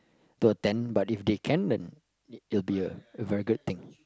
per ten but if they can then it'll be a a very good thing